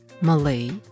Malay